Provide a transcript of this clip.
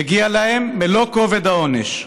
מגיע להם מלוא כובד העונש.